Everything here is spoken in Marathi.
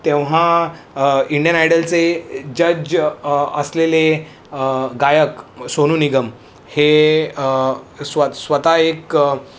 तेव्हा इंडियन आयडलचे जज असलेले गायक सोनू निगम हे स्व स्वत एक